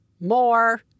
more